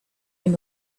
and